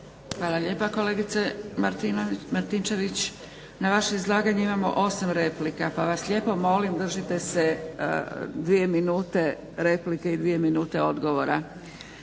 Hvala lijepa kolegice Natalija Martinčević. Na vaše izlaganje imamo 8 replika pa vas lijepo molim držite se dvije minute replike i dvije minute odgovora.